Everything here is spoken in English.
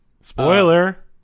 Spoiler